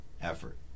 effort